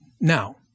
Now